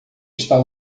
está